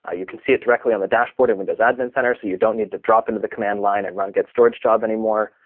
ah you can see it directly on the dashboard in windows admin center, so you don't need to drop into the command line and run get-storage job anymore.